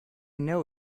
know